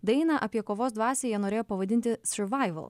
dainą apie kovos dvasią jie norėjo pavadinti savaiva